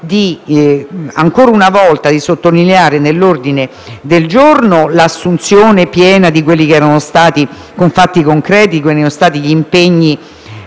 ancora una volta, di sottolineare nell'ordine del giorno l'assunzione piena di quelli che erano stati, con fatti concreti, gli impegni